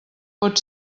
pot